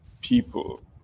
people